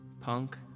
Punk